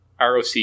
ROC